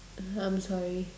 I'm sorry